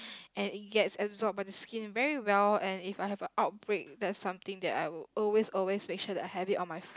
and it gets absorb by the skin very well and if I have a outbreak that something that I would always always facial the habit on my face